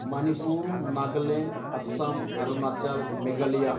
Manipur Nagaland Assam Arunachal Meghalaya